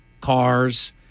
cars